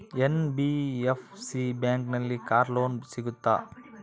NBFC ಬ್ಯಾಂಕಿನಲ್ಲಿ car loan ಸಿಗುತ್ತಾ?